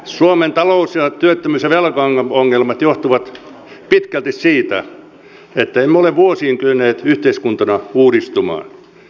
suomen talous työttömyys ja velkaongelmat johtuvat pitkälti siitä että emme ole vuosiin kyenneet yhteiskuntana uudistumaan